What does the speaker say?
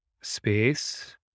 space